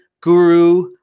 guru